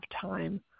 time